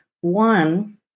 One